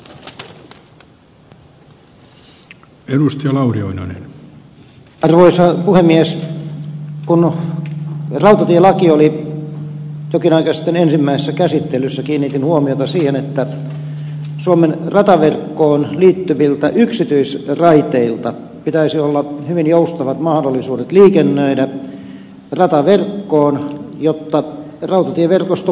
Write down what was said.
kun rautatielaki oli jokin aika sitten ensimmäisessä käsittelyssä kiinnitin huomiota siihen että suomen rataverkkoon liittyviltä yksityisraiteilta pitäisi olla hyvin joustavat mahdollisuudet liikennöidä rataverkkoon jotta rautatieverkosto palvelisi käyttäjiään